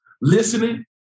listening